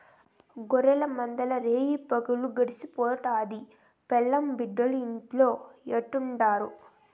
గొర్రెల మందల్ల రేయిపగులు గడుస్తుండాది, పెండ్లాం బిడ్డలు ఇంట్లో ఎట్టుండారో